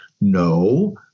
no